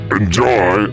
enjoy